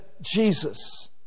Jesus